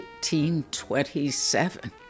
1827